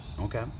Okay